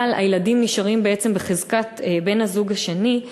אבל הילדים נשארים בעצם בחזקת בן-הזוג השני,